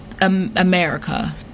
America